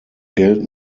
geld